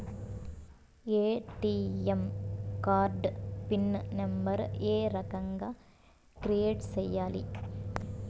ATM card PIN number ఏ రకంగా create సేయాలి